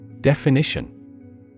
Definition